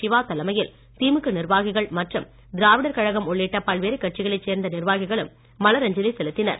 சிவா தலைமையில் திமுக நிர்வாகிகள் மற்றும் திராவிடர் கழகம் உள்ளிட்ட பல்வேறு கட்சிகளை சேர்ந்த நிர்வாகிகளும் மலரஞ்சலி செலுத்தினர்